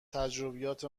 تجربیات